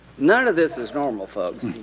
none of this is normal folks.